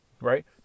right